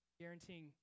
Guaranteeing